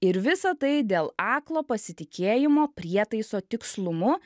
ir visa tai dėl aklo pasitikėjimo prietaiso tikslumu